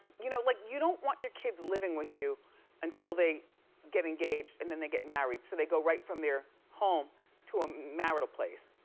you know like you don't want your kids living with you until they get engaged and then they get married so they go right from their home to a marital place.